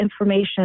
information